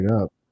up